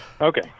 Okay